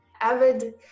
avid